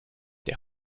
der